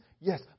Yes